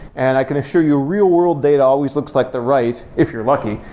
and i can assure you real-world data always looks like the right, if you're lucky,